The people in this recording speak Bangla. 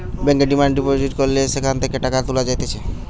ব্যাংকে ডিমান্ড ডিপোজিট করলে সেখান থেকে টাকা তুলা যাইতেছে